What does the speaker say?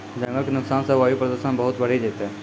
जंगल के नुकसान सॅ वायु प्रदूषण बहुत बढ़ी जैतै